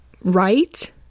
Right